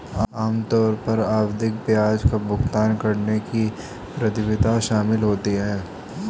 आम तौर पर आवधिक ब्याज का भुगतान करने की प्रतिबद्धता शामिल होती है